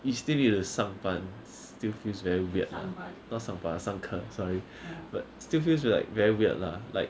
you still need to 上班 still feels very weird not 上班上课 sorry but still feels like very weird lah like